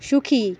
সুখী